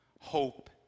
hope